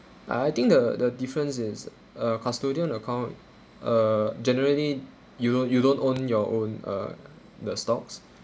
I I think the the difference is a custodian account uh generally you don't you don't own your own uh the stocks